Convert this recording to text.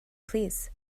plîs